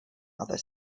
other